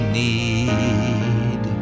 need